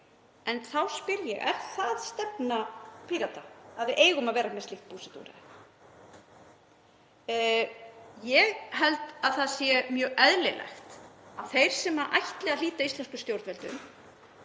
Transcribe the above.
en þá spyr ég: Er það stefna Pírata að við ættum að vera með slíkt búsetuúrræði? Ég held að það sé mjög eðlilegt að þeir sem ætla að hlíta íslenskum stjórnvöldum